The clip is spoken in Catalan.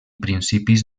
principis